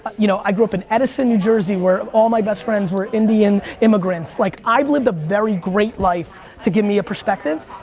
you know i grew up in edison, new jersey, where all my best friends were indian immigrants. like i've lived a very great life to give me a perspective.